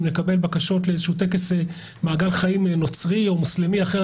אם נקבל בקשות לאיזשהו טקס מעגל חיים נוצרי או מוסלמי אחר,